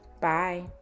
Bye